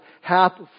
half